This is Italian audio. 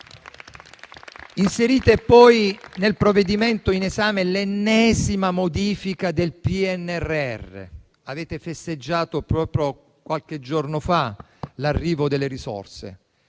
Inserite, poi, nel provvedimento in esame l'ennesima modifica del PNRR. Avete festeggiato, proprio qualche giorno fa, l'arrivo delle risorse.